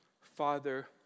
father